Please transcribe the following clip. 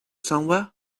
somewhere